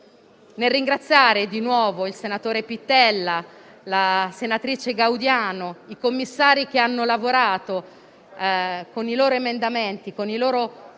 Ringrazio di nuovo il senatore Pittella, la senatrice Gaudiano e i commissari che hanno lavorato con i loro emendamenti, con il